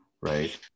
right